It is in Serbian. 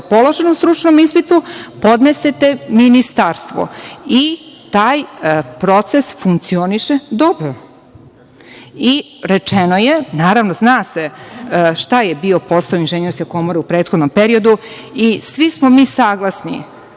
o položenom stručnom ispitu, podnesete Ministarstvu. Taj proces funkcioniše dobro. Rečeno je, naravno, zna se šta je bio posao Inženjerske komore u prethodnom periodu i svi smo mi saglasni